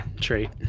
trait